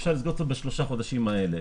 אפשר לסגור את זה בשלושת החודשים האלה.